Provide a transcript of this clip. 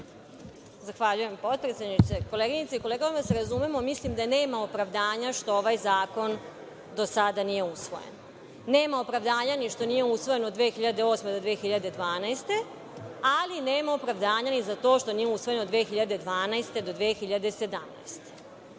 Zahvaljujem, potpredsedniče. Koleginice i kolege, da se razumemo, mislim da nema opravdanja što ovaj zakon do sada nije usvojen. Nema opravdanja ni što nije usvojen od 2008. do 2012. godine, ali nema opravdanja ni za to što nije usvojen od 2012. do 2017.